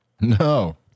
No